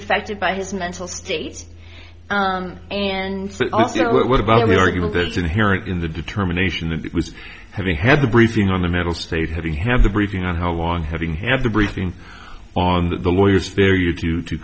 affected by his mental states and also what about the argument that it's inherent in the determination that it was having had the briefing on the mental state having had the briefing on how long having have the briefing on the lawyers there you do to